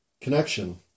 connection